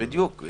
בדיוק.